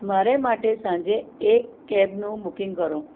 મારે માટે સાંજે એક કેબનું બુકિંગ કરો